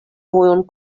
vojon